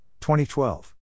2012